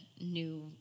new